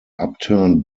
upturned